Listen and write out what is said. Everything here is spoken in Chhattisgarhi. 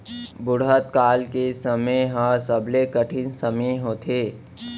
बुढ़त काल के समे ह सबले कठिन समे होथे